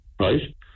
Right